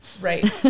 Right